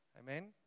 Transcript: Amen